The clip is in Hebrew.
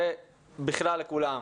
זה בכלל לכולם.